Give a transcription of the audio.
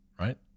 right